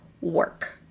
work